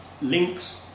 links